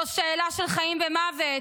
זו שאלה של חיים ומוות.